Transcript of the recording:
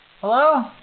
Hello